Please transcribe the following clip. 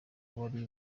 wari